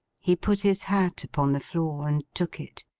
he put his hat upon the floor, and took it.